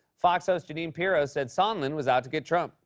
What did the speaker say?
fox host jeanine pirro said sondland was out to get trump.